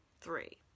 Three